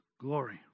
glory